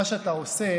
מה שאתה עושה